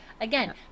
Again